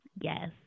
Yes